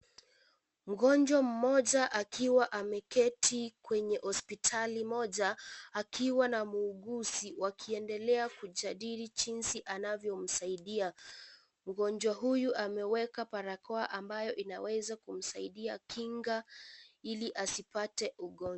Mgonjwa mmoja akiwa ameketi kwenye hospitali moj, akiwa na muhuguzi akiendelea kujadili jinsi anavyo msaidia mgonjwa uyu ameweka barakoa ambayo inaweza kusaidia kinga ili asipate ugonjwa.